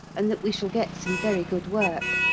and that we shall get some very good work.